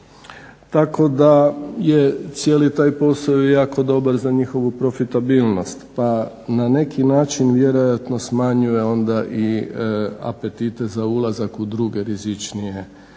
Tako da je cijeli taj posao i jako dobar za njihovu profitabilnost. Pa na neki način vjerojatno smanjuje onda i apetite za ulazak u druge rizičnije plasmane.